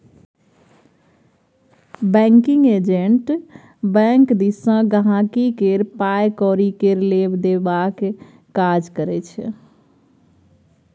banking agent bank दिस सँ गांहिकी केर पाइ कौरी केर लेब देबक काज करै छै